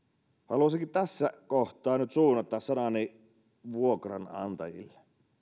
haluaisinkin tässä kohtaa nyt suunnata sanani vuokranantajille